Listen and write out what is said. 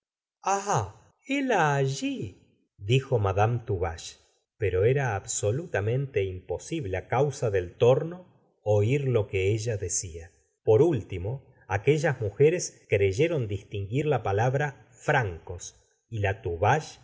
alli dijo madama tuvache pero era absolutamente imposible á causa del torno oir lo que ella decía por último aquellas mujeres creyeron distinguir la palabra francos y la